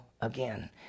again